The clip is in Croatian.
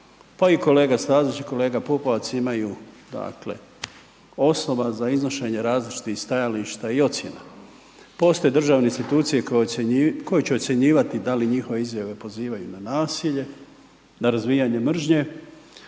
Stazić i kolega Pupovac imaju dakle osnova za iznošenje različitih stajališta i ocjena, postoje državne institucije koje će ocjenjivati da li njihove izjave pozivaju na nasilje, na razvijanje mržnje,